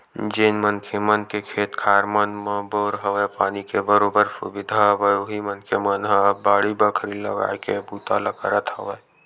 जेन मनखे मन के खेत खार मन म बोर हवय, पानी के बरोबर सुबिधा हवय उही मनखे मन ह अब बाड़ी बखरी लगाए के बूता ल करत हवय